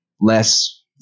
less